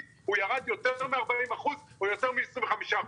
הוא ירד יותר מ-40% או יותר מ-25%.